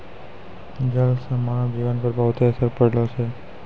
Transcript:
जल से मानव जीवन पर बहुते असर पड़लो छै